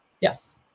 Yes